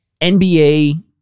NBA